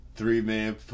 three-man